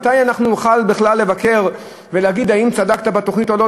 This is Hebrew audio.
ומתי אנחנו נוכל בכלל לבקר ולהגיד אם צדקת בתוכנית או לא?